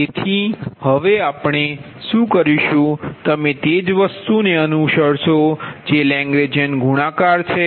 તેથી હવે આપણે શું કરીશું તમે તે જ વસ્તુને અનુસરશો જે લેંગરેજિયન ગુણાકાર છે